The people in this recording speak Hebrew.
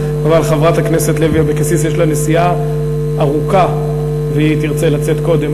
אבל חברת הכנסת לוי אבקסיס יש לה נסיעה ארוכה והיא תרצה לצאת קודם,